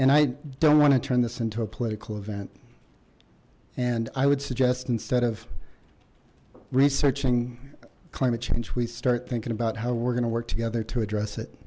and i don't want to turn this into a political event and i would suggest instead of researching climate change we start thinking about how we're going to work together to address it